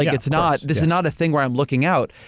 like it's not, this is not a thing where i'm looking out.